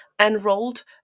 enrolled